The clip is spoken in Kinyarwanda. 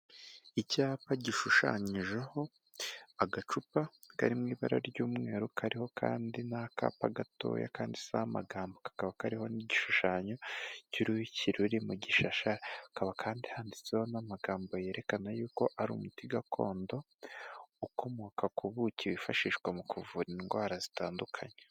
Icyapa gishushanyijeho agacupa kari mu ibara ry'umweru, kariho kandi n'akapa gatoya kanditseho amagambo kakaba kariho n'igishushanyo cy'uruyuki ruri mu gishasha, hakaba kandi handitseho n'amagambo yerekana yuko ari umuti gakondo ukomoka ku buki, wifashishwa mu kuvura indwara zitandukanye.